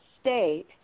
state